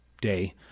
day